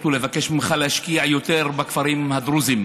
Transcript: ולבקש ממך להשקיע יותר בכפרים הדרוזיים.